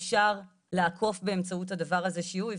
אפשר לעקוף באמצעות הדבר הזה שיהוי,